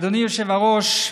אדוני היושב-ראש,